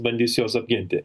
bandys juos apginti